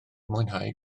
mwynhau